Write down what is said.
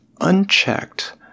unchecked